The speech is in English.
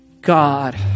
God